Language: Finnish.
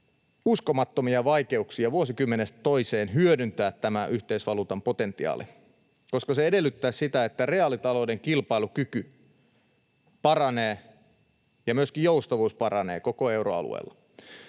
uskomattomia vaikeuksia vuosikymmenestä toiseen hyödyntää tämä yhteisvaluutan potentiaali, koska se edellyttäisi sitä, että reaalitalouden kilpailukyky paranee ja myöskin joustavuus paranee koko euroalueella.